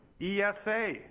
ESA